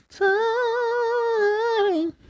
time